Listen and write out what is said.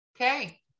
Okay